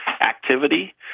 activity